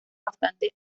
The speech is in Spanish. bastante